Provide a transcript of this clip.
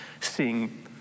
seeing